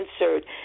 answered